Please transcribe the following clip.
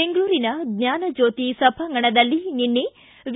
ಬೆಂಗಳೂರಿನ ಜ್ಞಾನಜ್ಯೋತಿ ಸಭಾಂಗಣದಲ್ಲಿ ನಿನ್ನೆ ವಿ